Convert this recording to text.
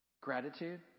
Gratitude